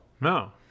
no